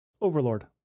overlord